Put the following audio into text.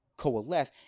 Coalesce